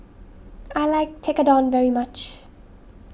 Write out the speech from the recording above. I like Tekkadon very much